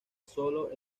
solo